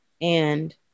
And-